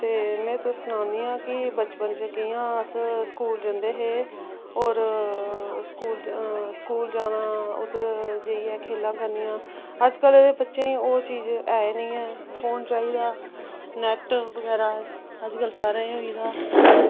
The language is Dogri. ते में तुस सनानी आं कि बचपन च कि'यां अस स्कूल जंदे हे और स्कूल स्कूल जाना उद्दर जाइयै खेलां करनियां अजकल्लें दे बच्चें गी ओह् चीज है गै नेईं है फोन चाहिदा नैट्ट बगैरा अजकल्ल सारें गी होई गेदा